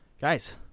guys